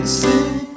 sing